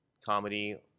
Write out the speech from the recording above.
comedy